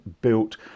built